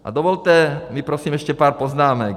A dovolte mi prosím ještě pár poznámek.